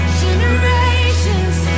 generations